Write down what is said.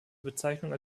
bezeichnung